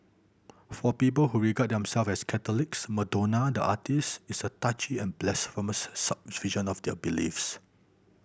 for people who regard themselves as Catholics Madonna the artiste is a touchy and blasphemous subversion of their beliefs